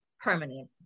permanent